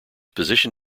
position